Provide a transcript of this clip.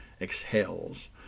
exhales